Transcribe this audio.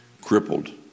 crippled